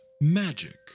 Magic